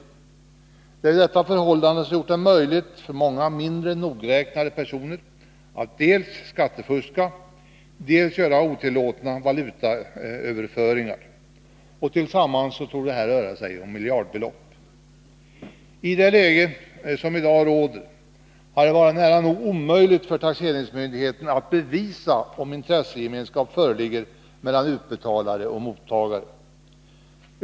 Det är ju detta förhållande som har gjort det möjligt för många mindre nogräknade personer att dels skattefuska, dels göra otillåtna valutaöverföringar. Tillsammans torde det röra sig om miljardbelopp. I det läge som i dag råder har det varit nära nog omöjligt för taxeringsmyndigheten att bevisa att intressegemenskap föreligger mellan utbetalare och mottagare.